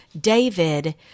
David